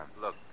Look